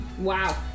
Wow